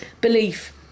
belief